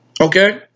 okay